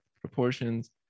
proportions